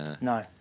No